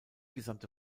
gesamte